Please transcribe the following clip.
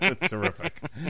Terrific